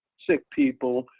sick people,